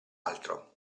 altro